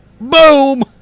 Boom